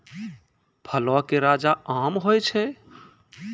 फलो के राजा आम होय छै